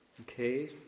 Okay